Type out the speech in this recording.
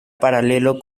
paralelo